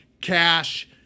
cash